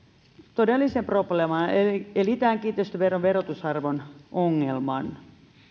todellisen probleeman eli tämän kiinteistöveron verotusarvon ongelman